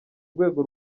rwego